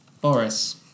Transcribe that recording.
Boris